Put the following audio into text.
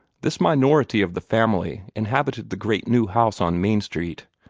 this minority of the family inhabited the great new house on main street.